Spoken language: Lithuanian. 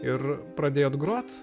ir pradėjot grot